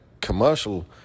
commercial